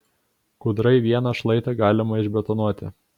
kūdrai vieną šlaitą galima išbetonuoti